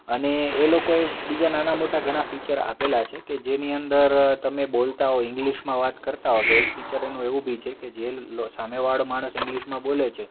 અને એ લોકોએ બીજા નાનાં મોટાં ઘણાં ફિચર આપેલાં છે કે જેની અંદર તમે બોલતા હોય ઇંગ્લિશમાં વાત કરતા હો તો એક ફીચર એનું એવું બી છે કે જે સામેવાળો માણસ ઇંગ્લિશમાં બોલે છે